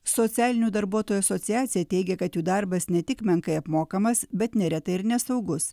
socialinių darbuotojų asociacija teigia kad jų darbas ne tik menkai apmokamas bet neretai ir nesaugus